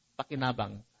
pakinabang